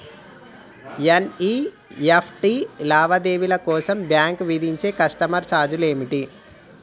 NEFT లావాదేవీల కోసం bank విధించే కస్టమర్ ఛార్జీలు ఏమిటి?